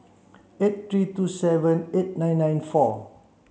eight three two seven eight nine nine four